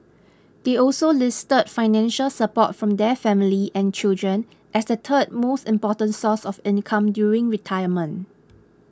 they also listed financial support from their family and children as the third most important source of income during retirement